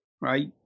right